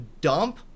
dump